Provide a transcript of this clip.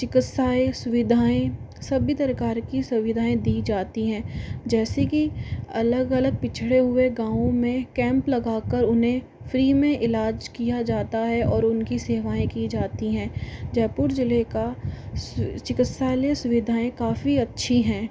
चिकित्साएँ सुविधाएँ सभी प्रकार की सुविधाएँ दी जाती हैं जैसे कि अलग अलग पिछड़े हुए गाँवों में कैंप लगा कर उन्हे फ़्री में इलाज़ किया जाता है और उनकी सेवाएँ की जाती हैं जयपुर ज़िले का चिकित्सालय सुविधाएँ काफ़ी अच्छी हैं